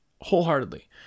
wholeheartedly